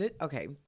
okay